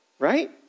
Right